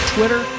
Twitter